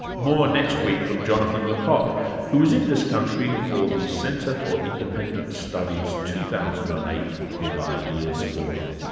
more next week from jonathan le cocq who was in this country for the centre for independent studies two thousand and eight big ideas forum.